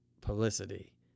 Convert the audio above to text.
publicity